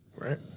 Right